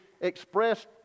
expressed